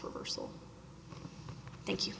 reversal thank you